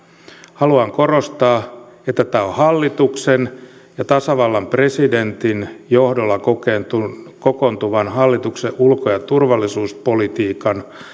haluan korostaa että tämä on hallituksen ja tasavallan presidentin johdolla kokoontuvan kokoontuvan hallituksen ulko ja turvallisuuspolitiikan